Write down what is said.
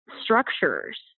structures